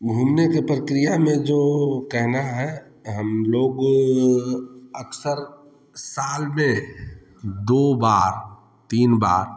घूमने के प्रक्रिया में जो कहना है हम लोग अक्सर साल में दो बार तीन बार